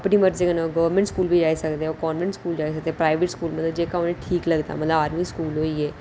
अपनी मर्ज़ी कन्नै गौरमैंट स्कूल बी जाई सकदे कानवैंट स्कूल जाई सकदे प्राईवेट स्कूल जाई सकदे मतलब जेह्का उ'नें गी ठीक लगदा जि'यां आर्मी स्कूल होई गे